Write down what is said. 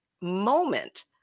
moment